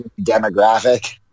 demographic